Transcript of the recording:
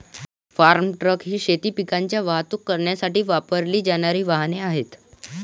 form truck ही शेती पिकांची वाहतूक करण्यासाठी वापरली जाणारी वाहने आहेत